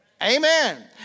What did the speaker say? Amen